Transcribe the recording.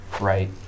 right